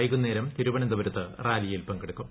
വെകുന്നേരം തിരുവനന്തപുരത്ത് റാലിയിൽ പങ്കെടുക്കും